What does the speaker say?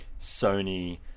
Sony